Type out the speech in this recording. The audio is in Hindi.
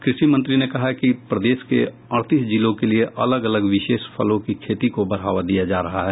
कृषि मंत्री ने कहा कि प्रदेश के अड़तीस जिलों के लिये अलग अलग विशेष फलों की खेती को बढ़ावा दिया जा रहा है